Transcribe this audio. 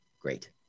Great